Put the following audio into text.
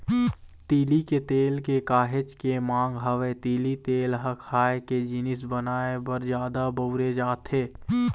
तिली के तेल के काहेच के मांग हवय, तिली तेल ह खाए के जिनिस बनाए बर जादा बउरे जाथे